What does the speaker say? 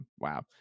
wow